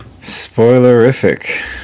spoilerific